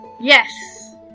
Yes